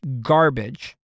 garbage